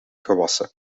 gewassen